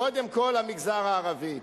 קודם כול, המגזר הערבי.